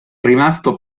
rimasto